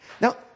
Now